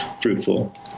fruitful